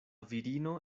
virino